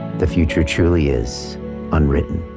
the future truly is unwritten.